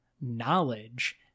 knowledge